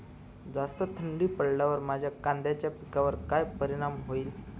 जास्त थंडी पडल्यास माझ्या कांद्याच्या पिकावर काय परिणाम होईल?